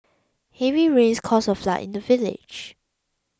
heavy rains caused a flood in the village